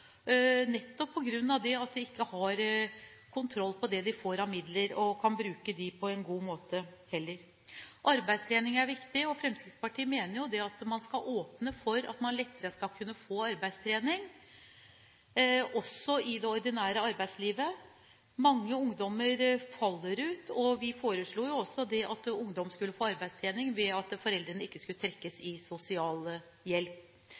nettopp fordi de ikke har kontroll på det de får av midler, og heller ikke kan bruke disse på en god måte. Arbeidstrening er viktig, og Fremskrittspartiet mener man skal åpne for at det skal bli lettere å få arbeidstrening også i det ordinære arbeidslivet. Mange ungdommer faller ut. Vi foreslo jo også at ungdom skulle få arbeidstrening ved at foreldrene ikke trekkes